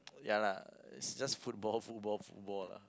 ya lah it's just football football football lah